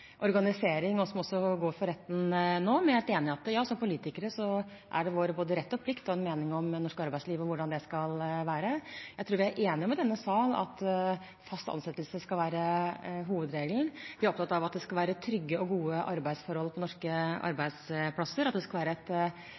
organisering, og som også går for retten nå. Men jeg er helt enig i at det er vår rett og plikt som politikere å ha en mening om norsk arbeidsliv og hvordan det skal være. Jeg tror vi i denne sal er enige om at fast ansettelse skal være hovedregelen. Vi er opptatt av at det skal være trygge og gode arbeidsforhold på norske arbeidsplasser, og at det skal være et